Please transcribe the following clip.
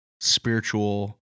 spiritual